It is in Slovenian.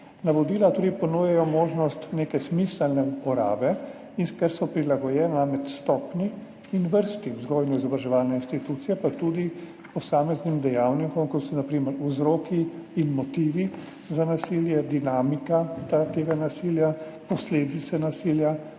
Navodila ponujajo tudi možnost neke smiselne uporabe, ker so prilagojena stopnji in vrsti vzgojno-izobraževalne institucije, pa tudi posameznim dejavnikom, kot so na primer vzroki in motivi za nasilje, dinamika tega nasilja, posledice nasilja,